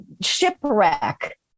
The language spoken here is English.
shipwreck